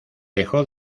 dejó